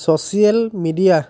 social media